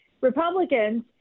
Republicans